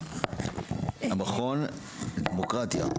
המכון לדמוקרטיה.